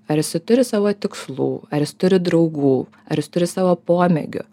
ar jisai turi savo tikslų ar jis turi draugų ar jis turi savo pomėgių